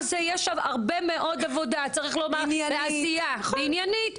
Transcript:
אז יש שם הרבה מאוד עבודה צריך לומר ועשייה עניינית,